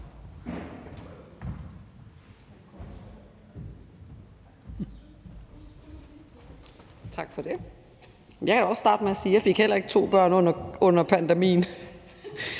Tak for det. Jeg kan også starte med at sige, at jeg heller ikke fik to børn under pandemien.